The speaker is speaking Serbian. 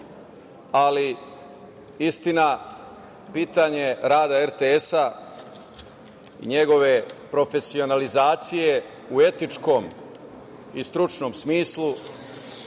ali, istina, pitanje rada RTS-a i njegove profesionalizacije u etičkom i stručnom smislu